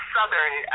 Southern